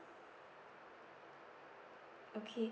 okay